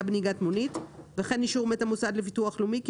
בנהיגת מונית וכן אישור מאת המוסד לביטוח לאומי כי